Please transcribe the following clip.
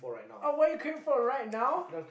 oh what you craving for right now